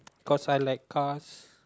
cause I like cars